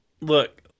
look